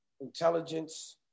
intelligence